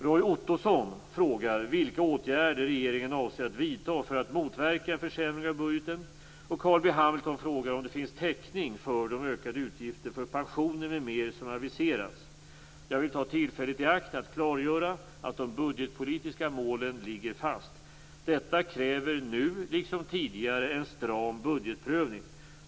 Roy Ottosson frågar vilka åtgärder regeringen avser att vidta för att motverka en försämring av budgeten, och Carl B Hamilton frågar om det finns täckning för de ökade utgifter för pensioner m.m. som aviserats. Jag vill ta tillfället i akt att klargöra att de budgetpolitiska målen ligger fast. Detta kräver, nu liksom tidigare, en stram budgetprövning.